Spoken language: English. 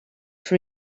for